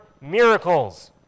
miracles